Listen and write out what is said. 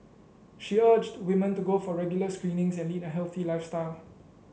she urged women to go for regular screenings and lead a healthy lifestyle